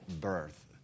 birth